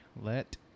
Let